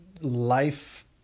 life